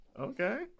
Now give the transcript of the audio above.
okay